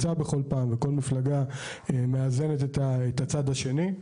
וכל מפלגה מאזנת את הצד השני.